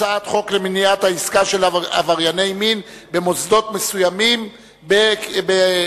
הצעת חוק למניעת העסקה של עברייני מין במוסדות מסוימים (תיקון,